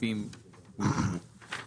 הסעיפים אושרו.